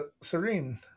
Serene